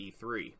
E3